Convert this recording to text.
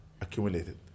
accumulated